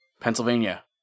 Pennsylvania